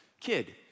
kid